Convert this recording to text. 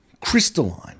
crystalline